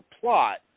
plot